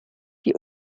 die